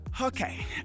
okay